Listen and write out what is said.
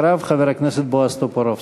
אחריו, חבר הכנסת בועז טופורובסקי.